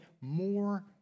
more